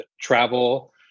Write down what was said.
travel